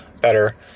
better